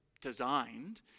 designed